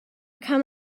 come